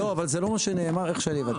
לא, אבל זה לא מה שנאמר, איך שאני הבנתי.